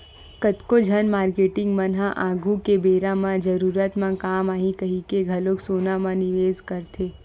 कतको झन मारकेटिंग मन ह आघु के बेरा म जरूरत म काम आही कहिके घलो सोना म निवेस करथे